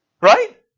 Right